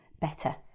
better